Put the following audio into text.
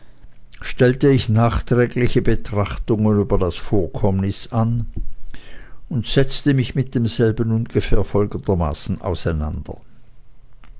stellte ich nachträgliche betrachtungen über das vorkommnis an und setzte mich mit demselben ungefähr folgendermaßen auseinander